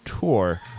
tour